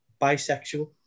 bisexual